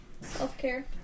Self-care